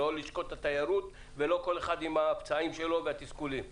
לא לשכות התיירות ולא כל אחד עם הפצעים שלו והתסכולים שלו.